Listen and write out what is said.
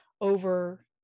over